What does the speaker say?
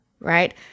right